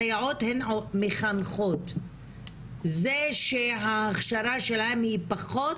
הסייעות הן מחנכות זה שההכשרה שלהן היא פחות,